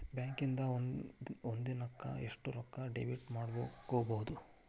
ಬ್ಯಾಂಕಿಂದಾ ಒಂದಿನಕ್ಕ ಎಷ್ಟ್ ರೊಕ್ಕಾ ಡೆಬಿಟ್ ಮಾಡ್ಕೊಬಹುದು?